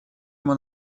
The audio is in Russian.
ему